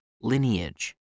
lineage